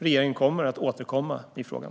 Regeringen kommer att återkomma i frågan.